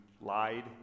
lied